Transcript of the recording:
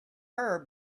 her